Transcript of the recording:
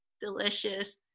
delicious